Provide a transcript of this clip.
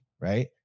right